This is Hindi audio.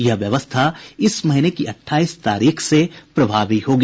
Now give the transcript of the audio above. यह व्यवस्था इस महीने की अठाईस तारीख से प्रभावी होगी